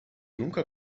nunca